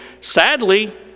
Sadly